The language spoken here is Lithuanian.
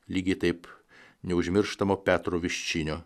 lygiai taip neužmirštamo petro viščinio